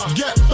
get